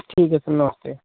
ठीक है सर नमस्ते